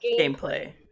gameplay